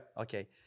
Okay